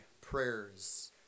prayers